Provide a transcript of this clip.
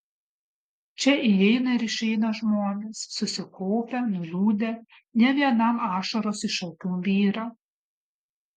čia įeina ir išeina žmonės susikaupę nuliūdę ne vienam ašaros iš akių byra